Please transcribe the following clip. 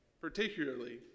particularly